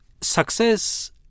Success